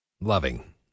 loving